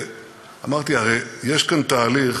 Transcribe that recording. אמרתי: הרי יש כאן תהליך